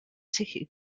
ticket